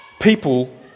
people